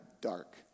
dark